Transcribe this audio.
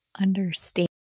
understand